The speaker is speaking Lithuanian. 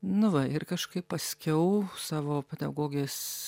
nu va ir kažkaip paskiau savo pedagogės